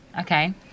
Okay